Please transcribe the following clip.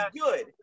good